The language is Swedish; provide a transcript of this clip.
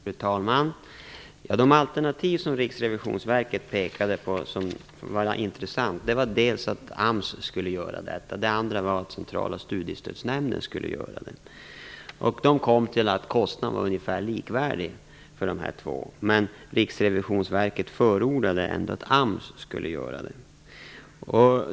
Fru talman! De alternativ av dem som Riksrevisionsverket pekade på som var intressanta var dels att AMS skulle sköta detta, dels att Centrala studiestödsnämnden skulle göra det. Man kom fram till att kostnaden var ungefär likvärdig för de här två. Riksrevisionsverket förordade ändå att AMS skulle ta hand om det.